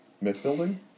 Myth-building